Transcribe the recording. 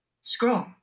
Scroll